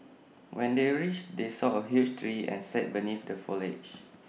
when they reached they saw A huge tree and sat beneath the foliage